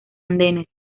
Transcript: andenes